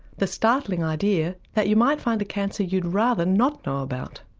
the startling idea that you might find a cancer you'd rather not know about.